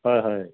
হয় হয়